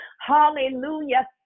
hallelujah